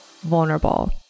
vulnerable